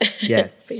Yes